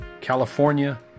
California